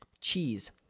cheese